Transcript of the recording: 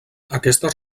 aquestes